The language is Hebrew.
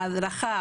ההדרכה,